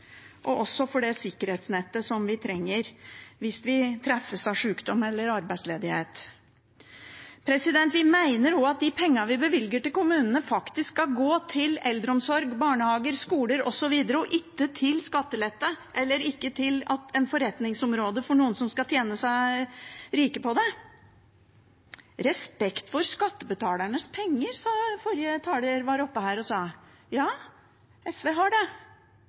og også om det sikkerhetsnettet som vi trenger hvis vi rammes av sykdom eller arbeidsledighet. Vi mener også at de pengene vi bevilger til kommunene, faktisk skal gå til eldreomsorg, barnehager, skoler osv. og ikke til skattelette eller til et forretningsområde for noen som skal tjene seg rike på det. «Respekt for skattebetalernes penger» var forrige taler her oppe og sa. Ja, SV har det.